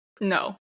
No